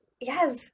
Yes